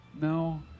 No